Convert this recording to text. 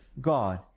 God